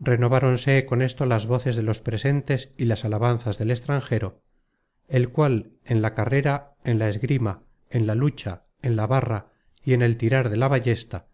renováronse con esto las voces de los presentes y las alabanzas del extranjero el cual en la carrera en la esgrima en la lucha en la barra y en el tirar de la ballesta